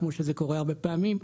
כמו שזה קורה הרבה פעמים,